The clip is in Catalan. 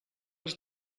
els